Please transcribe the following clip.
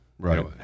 Right